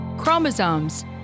Chromosomes